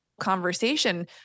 conversation